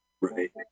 Right